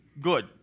good